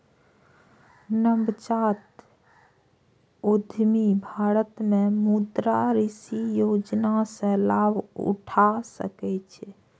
नवजात उद्यमी भारत मे मुद्रा ऋण योजना सं लाभ उठा सकै छै